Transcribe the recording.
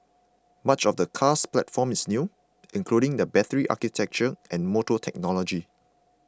much of the car's platform is new including the battery architecture and motor technology